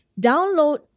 download